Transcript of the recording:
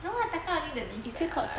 no lah taka only the lift there [what]